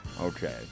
Okay